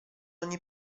ogni